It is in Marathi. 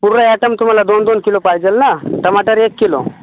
पुरे आयटम तुम्हाला दोन दोन किलो पायजेल न टमाटर एक किलो